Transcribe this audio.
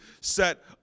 set